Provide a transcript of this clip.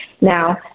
Now